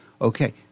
Okay